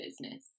business